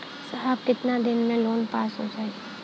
साहब कितना दिन में लोन पास हो जाई?